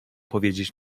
powiedzieć